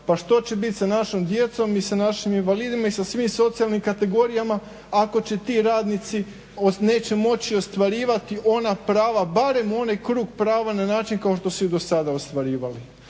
Pa što će biti sa našom djecom i sa našim invalidima i sa svim socijalnim kategorijama ako će ti radnici neće moći ostvarivati ona prava barem onaj krug prava na način kao što su i do sada ostvarivali?